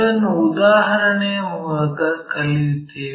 ಅದನ್ನು ಉದಾಹರಣೆಯ ಮೂಲಕ ಕಲಿಯುತ್ತೇವೆ